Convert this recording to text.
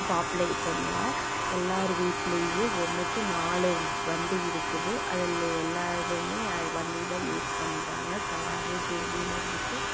பாப்புலேஷனில் எல்லோர் வீட்லேயும் ஒன்றுக்கு நாலு வண்டி இருக்குது அதில் எல்லோருமே வண்டிதான் யூஸ் பண்ணுறாங்க காரு டூவீலர் இருக்குது